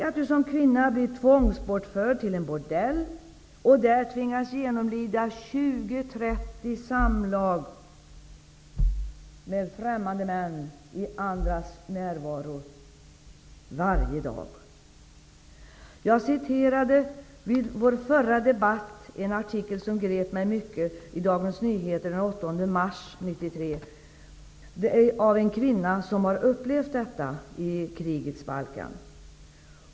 Tänk att som kvinna bli tvångsbortförd till en bordell och där tvingas genomlida 20--30 samlag med främmande män i andras närvaro varje dag. Jag citerade vid vår förra debatt en artikel i Dagens Nyheter från den 8 mars 1993 som grep mig mycket. Det gäller en kvinna som upplevt detta i krigets Balkan.